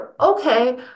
okay